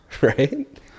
right